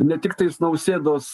ne tiktais nausėdos